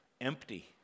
empty